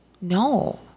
No